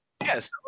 Yes